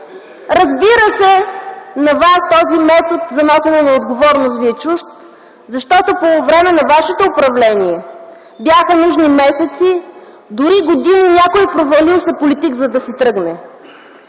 Разбира се, на вас този метод за носене на отговорност ви е чужд, защото по време на вашето управление бяха нужни месеци, дори години, някой провалил се политик, за да си тръгне.